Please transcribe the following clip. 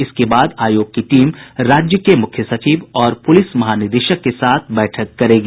इसके बाद आयोग की टीम राज्य के मुख्य सचिव और पुलिस महानिदेशक के साथ बैठक करेगी